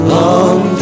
long